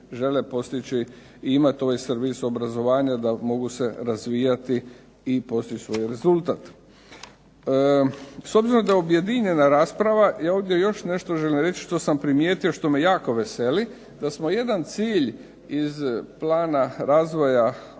žele postići imati ovaj servis obrazovanja, da mogu se razvijati i postići svoj rezultat. S obzirom da je objedinjena rasprava, ja ovdje još nešto želim reći što sam primijetio što me jako veseli, da smo jedan cilj iz plana razvoja odgoja